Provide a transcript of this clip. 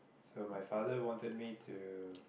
so my father wanted me to